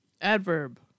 Adverb